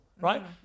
right